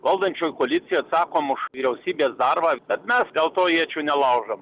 valdančioj koalicijoj atsakom už vyriausybės darbą bet mes dėl to iečių nelaužom